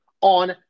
on